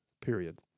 period